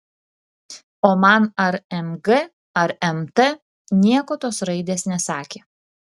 o man ar mg ar mt nieko tos raidės nesakė